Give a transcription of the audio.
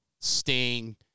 Sting